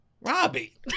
Robbie